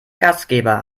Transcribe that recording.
gastgeber